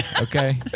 Okay